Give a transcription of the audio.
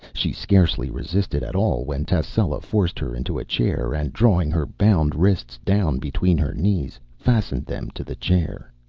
she scarcely resisted at all when tascela forced her into a chair and drawing her bound wrists down between her knees, fastened them to the chair.